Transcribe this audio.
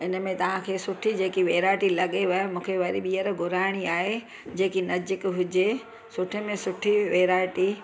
इन में तव्हांखे सुठी जेकी वेराइटी लॻेव मूंखे वरी ॿीहर घुराइणी आहे जेकी नज़दीकि हुजे सुठे में सुठी वेराइटी